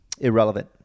irrelevant